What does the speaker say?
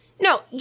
no